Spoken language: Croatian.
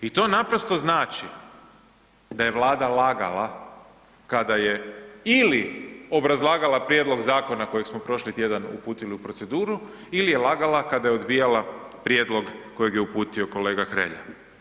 I to naprosto znači da je Vlada lagala kada je ili obrazlagala prijedlog zakona kojeg smo prošli tjedan uputili u proceduru ili je lagala kada je odbijala prijedlog kojeg je uputio kolega Hrelja.